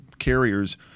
Carriers